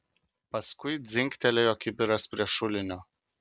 paskui dzingtelėjo kibiras prie šulinio